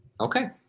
Okay